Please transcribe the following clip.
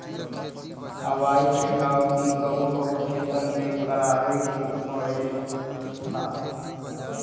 हवाई छिड़काव भी कबो कबो खेतन में करावे के पड़ेला